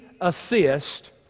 assist